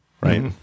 right